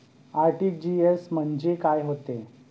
RTGS म्हंजे काय होते?